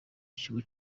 ikigo